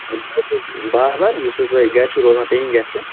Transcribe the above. ہے بہٕ حظ چھُس بابر یُس تۄہہِ گَرِ چھُو روزان پیِٚیِنٛگ گیسٹہٕ